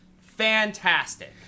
fantastic